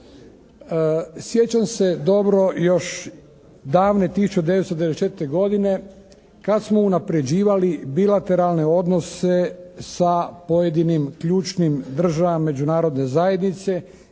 Sjećam se dobro još davne 1994. godine kad smo unaprjeđivali bilateralne odnose sa pojedinim ključnim državama međunarodne zajednice.